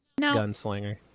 gunslinger